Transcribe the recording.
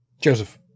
Joseph